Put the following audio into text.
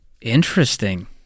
interesting